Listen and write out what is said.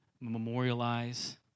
memorialize